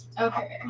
Okay